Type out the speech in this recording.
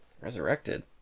Resurrected